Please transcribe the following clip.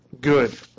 good